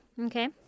Okay